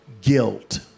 guilt